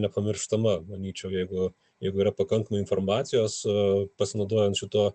nepamirštama manyčiau jeigu jeigu yra pakankamai informacijos pasinaudojant šituo